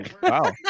wow